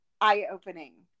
eye-opening